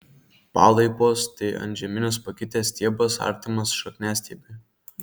palaipos tai antžeminis pakitęs stiebas artimas šakniastiebiui